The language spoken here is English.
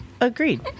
agreed